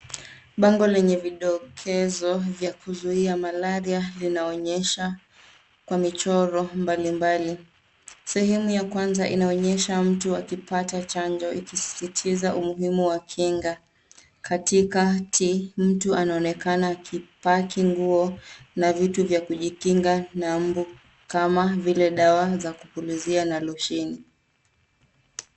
Bango lenye vidokezo vya kuzuia Malaria linaonyesha kwa michoro mbalimbali. Sehemu ya kwanza inaonyesha mtu akipata chanjo ikisisitiza umuhimu wa kinga. Katikati mtu anaonekana akipaki nguo na vitu vya kujikinga na mbu kama vile dawa za kupulizia na losheni.